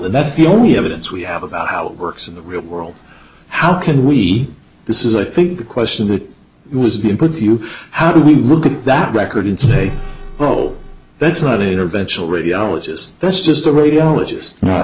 and that's the only evidence we have about how it works in the real world how can we this is i think the question that was being put to you how do we look at that record and say well that's not an interventional radiologist there's just a radiologist